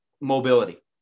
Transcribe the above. mobility